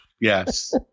Yes